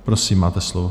Prosím, máte slovo.